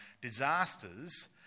Disasters